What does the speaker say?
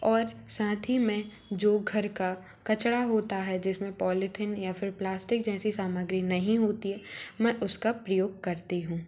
और साथ ही मैं जो घर का कचड़ा होता है जिसमें पॉलीथीन या फिर प्लास्टिक जैसी सामग्री नहीं होती है मैं उसका प्रयोग करती हूँ